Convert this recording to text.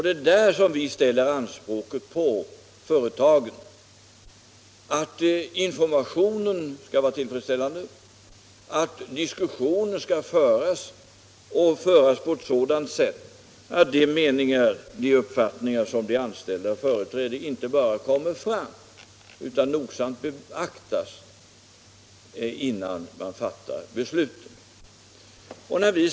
Det är där vi ställer anspråket på företaget att informationen skall vara tillfredsställande, att diskussioner skall föras på ett sådant sätt att de anställdas uppfattningar inte bara kommer fram, utan nogsamt beaktas innan man fattar beslut.